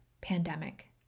pandemic